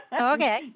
Okay